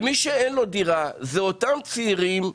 ומי שאין לו דירה זה אותם צעירים,